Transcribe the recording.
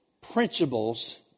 principles